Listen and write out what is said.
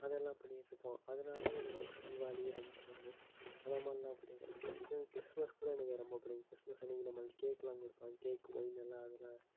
அதெல்லாம் பண்ணிக்கிட்டுருப்போம் அதுனாலேயே எனக்கு வந் தீவாளி ரம்ஜானு அத மாதிரிலாம் பிடிக்கும் இன் கிறிஸ்மஸ் கூட எனக்கு ரொம்ப பிடிக்கும் கிறிஸ்மஸ் அன்னிக்கு நம்மளுக்கு கேக்குலாம் கொடுப்பாங்க கேக்கு ஒயினெல்லாம் அதெலாம்